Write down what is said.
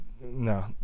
No